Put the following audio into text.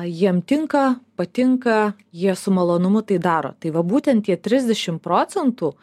jiem tinka patinka jie su malonumu tai daro tai va būtent tie trisdešimt procentų